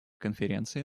конференции